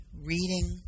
reading